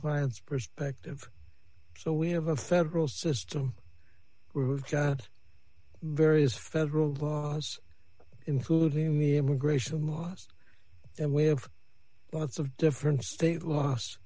client's perspective so we have a federal system we've got various federal laws including me immigration laws and we have lots of different state los